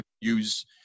use